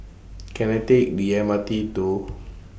Can I Take The M R T to